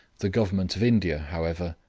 the government of india, however,